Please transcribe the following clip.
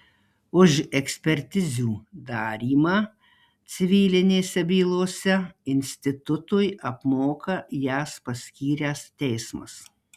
už ekspertizių darymą civilinėse bylose institutui apmoka jas paskyręs teismas